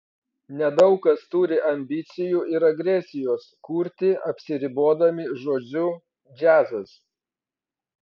nedaug kas turi ambicijų ir agresijos kurti apsiribodami žodžiu džiazas